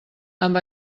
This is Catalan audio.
amb